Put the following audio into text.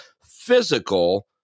physical